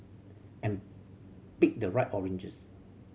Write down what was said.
and pick the right oranges